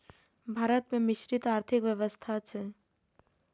भारत मे मिश्रित आर्थिक व्यवस्था छै